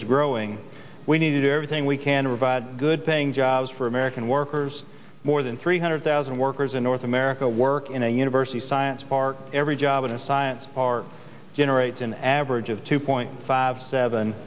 is growing we need to do everything we can revive good paying jobs for american workers more than three hundred thousand workers in north america work in a university science park every job in a science part generates an average of two point five seven